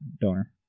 donor